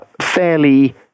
fairly